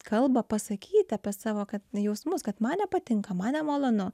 kalbą pasakyt apie savo jausmus kad man nepatinka man nemalonu